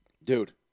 Dude